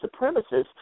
supremacists